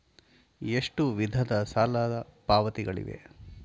ಎಷ್ಟು ವಿಧದ ಸಾಲ ಪಾವತಿಗಳಿವೆ?